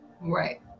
Right